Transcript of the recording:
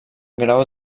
grau